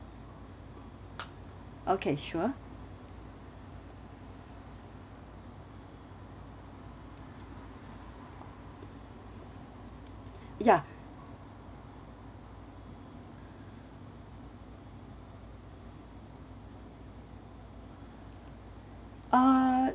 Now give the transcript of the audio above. okay sure ya uh